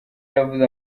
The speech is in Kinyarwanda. yavuze